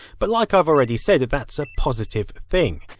but like i've already said, that's a positive thing.